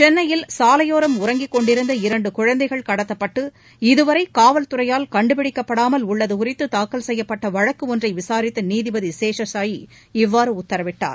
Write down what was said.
சென்னையில் சாலையோரம் உறங்கிக் கொண்டிருந்த இரண்டு குழந்தைகள் கடத்தப்பட்டு இதுவரை காவல்துறையால் கண்டுப்பிடிக்கப்படாமல் உள்ளது குறித்து தூக்கல் செய்யப்பட்ட வழக்கு ஒன்றை விசாரித்த நீதிபதி சேஷசாயி இவ்வாறு உத்தரவிட்டார்